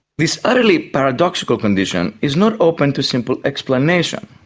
this utterly paradoxical condition is not open to simple explanation,